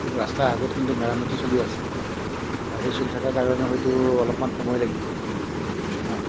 কিন্তু ৰাস্তা আগত কিন্তু মেৰামতি চলি আছে আৰু এই চলি থকা কাৰণে হয়টো অলপমান সময় লাগিব